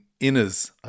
inners